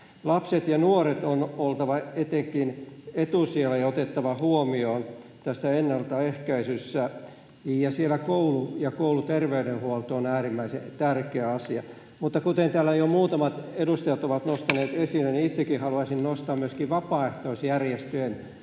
lasten ja nuorten on oltava etusijalla, ja heidät on otettava huomioon tässä ennaltaehkäisyssä. Siinä koulu ja kouluterveydenhuolto on äärimmäisen tärkeä asia. Mutta kuten täällä jo muutamat edustajat ovat nostaneet esille, niin itsekin haluaisin nostaa myöskin vapaaehtoisjärjestöjen työn